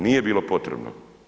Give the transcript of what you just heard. Nije bilo potrebna.